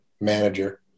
manager